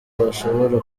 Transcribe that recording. washobora